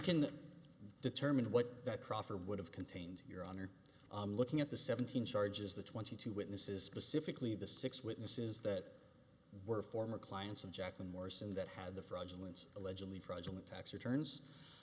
can determine what that proffer would have contained your honor i'm looking at the seventeen charges the twenty two witnesses specifically the six witnesses that were former clients and jackson more so that had the fraudulence allegedly fraudulent tax returns